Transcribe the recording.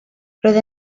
roedd